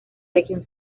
región